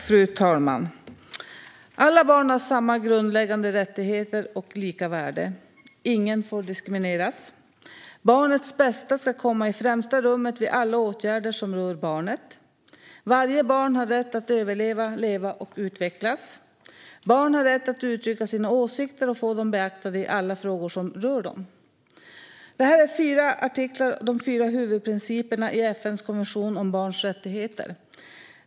Fru talman! Alla barn har samma grundläggande rättigheter och lika värde. Ingen får diskrimineras. Barnets bästa ska komma i främsta rummet vid alla åtgärder som rör barnet. Varje barn har rätt att överleva, leva och utvecklas. Barn har rätt att uttrycka sina åsikter och få dem beaktade i alla frågor som rör dem. Dessa artiklar är de fyra huvudprinciperna i FN:s konvention om barns rättigheter.